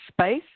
space